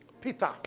Peter